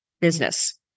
business